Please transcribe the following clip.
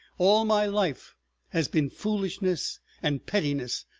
all my life has been foolishness and pettiness,